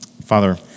Father